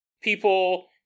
people